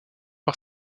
par